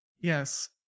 Yes